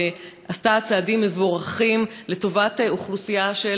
שעשתה צעדים מבורכים לטובת אוכלוסייה של